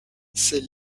ses